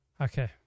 Okay